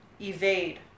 evade